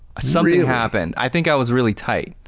something happened. i think i was really tight.